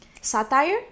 satire